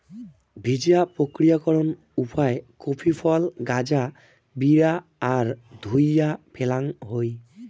ভিজা প্রক্রিয়াকরণ উপায় কফি ফল গাঁজা বিরা আর ধুইয়া ফ্যালাং হই